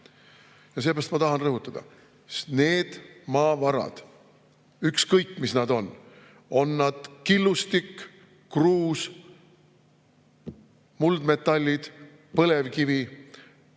Seepärast ma tahan rõhutada: need maavarad, ükskõik, mis nad on – on nad killustik, kruus, muldmetallid, põlevkivi